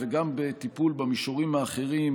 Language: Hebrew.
וגם בטיפול במישורים האחרים,